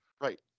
Right